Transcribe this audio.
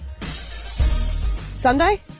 Sunday